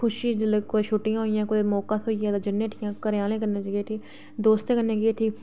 खुशी जिल्लै कोई छुट्टियां होइयां कुतै मौका थ्होई जा ते जन्ने उठी घरें आह्लें कन्नै जन्ने उठी दोस्तें कन्ने गे उठी